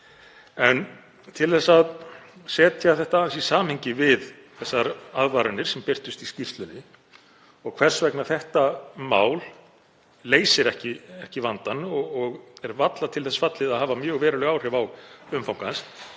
Til að setja þetta aðeins í samhengi við þær aðvaranir sem birtust í skýrslunni og hvers vegna þetta mál leysir ekki vandann og er varla til þess fallið að hafa mjög veruleg áhrif á umfang